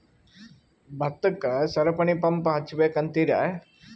ಭತ್ತಕ್ಕ ಸರಪಣಿ ಪಂಪ್ ಹಚ್ಚಬೇಕ್ ಅಂತಿರಾ?